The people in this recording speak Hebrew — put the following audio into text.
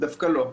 דווקא לא,